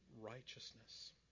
righteousness